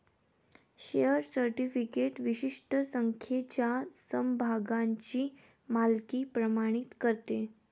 share certificate विशिष्ट संख्येच्या समभागांची मालकी प्रमाणित करते